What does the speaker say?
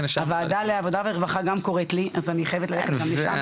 הוועדה לעבודה ורווחה גם קוראת לי אז אני חייבת ללכת גם לשמה.